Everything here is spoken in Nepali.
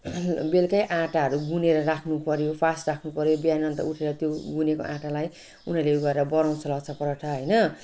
बेलुकै आटाहरू गुनेर राख्नुपर्यो फास राख्नुपर्यो बिहान अनि त उठेर त्यो गुनेको आटालाई उनीहरूले ऊ गरेर बनाउँछ लच्छा पराठा हैन